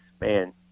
man